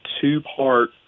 two-part